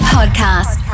Podcast